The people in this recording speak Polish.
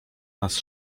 nas